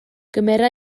gymera